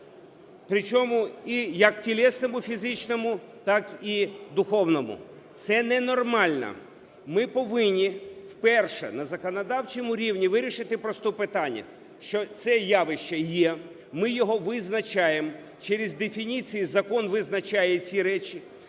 причому і як тілесному, фізичному, так і духовному, це ненормально. Ми повинні вперше на законодавчому рівні вирішити просто питання, що це явище є, ми його визначаємо, через дефініції закон визначає ці речі,